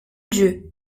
dieu